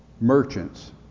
merchants